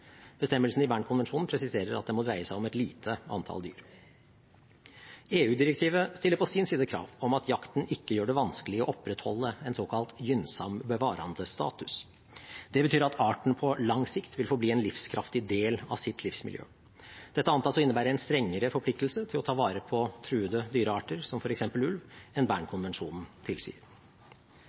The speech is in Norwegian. Bestemmelsen i Bern-konvensjonen presiserer at det må dreie seg om et lite antall dyr. EU-direktivet stiller på sin side krav om at jakten ikke gjør det vanskelig å opprettholde en «gynnsam bevarandestatus». Det betyr at arten på lang sikt vil forbli en livskraftig del av sitt livsmiljø. Dette antas å innebære en strengere forpliktelse til å ta vare på truede dyrearter som f.eks. ulv enn Bern-konvensjonen tilsier.